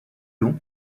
long